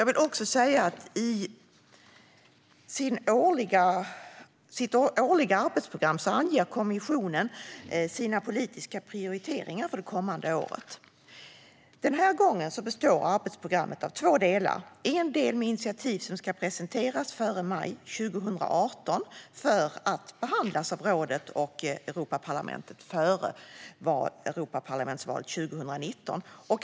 I sitt årliga arbetsprogram anger kommissionen sina politiska prioriteringar för det kommande året. Den här gången består arbetsprogrammet av två delar. En del består av initiativ som ska presenteras före maj 2018 för att behandlas av rådet och Europaparlamentet före Europaparlamentsvalet 2019.